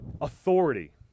authority